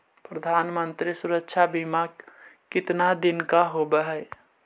प्रधानमंत्री मंत्री सुरक्षा बिमा कितना दिन का होबय है?